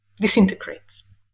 disintegrates